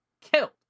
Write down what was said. killed